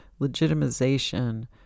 legitimization